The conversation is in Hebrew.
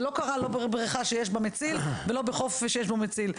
זה לא קרה בבריכה שיש בה מציל ולא בחוף שיש בו מציל,